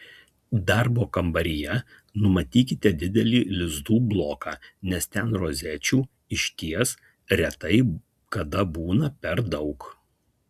darbo kambaryje numatykite didelį lizdų bloką nes ten rozečių išties retai kada būna per daug